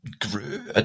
Grew